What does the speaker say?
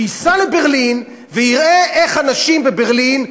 שייסע לברלין ויראה איך אנשים בברלין,